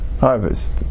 harvest